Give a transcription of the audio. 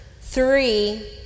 three